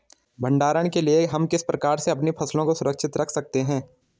भंडारण के लिए हम किस प्रकार से अपनी फसलों को सुरक्षित रख सकते हैं?